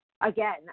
again